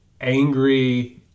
angry